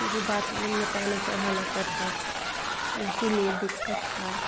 ई भी बात में यह पानी चढ़ाना पड़ता तो इसीलिए दिक्कत था